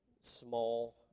small